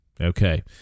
Okay